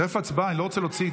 תכף הצבעה, אני לא רוצה להוציא.